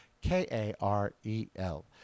K-A-R-E-L